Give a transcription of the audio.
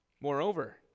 Moreover